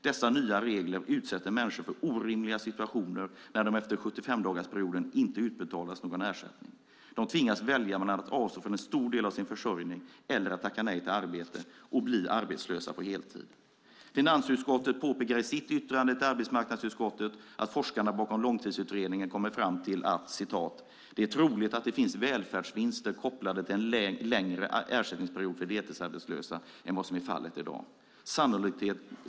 Dessa nya regler försätter människor i orimliga situationer när det efter 75-dagarsperioden inte utbetalas någon ersättning. De tvingas välja mellan att avstå från en stor del av sin försörjning och att tacka nej till arbete och bli arbetslösa på heltid. Finansutskottet påpekar i sitt yttrande till arbetsmarknadsutskottet att forskarna bakom långtidsutredningen har kommit fram till att "det är troligt att det finns välfärdsvinster kopplade till en längre ersättningsperiod för deltidsarbetslösa än vad som är fallet i dag.